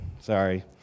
sorry